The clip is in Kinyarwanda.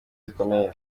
zikomeye